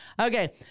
Okay